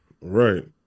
Right